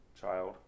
child